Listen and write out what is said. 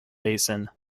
basin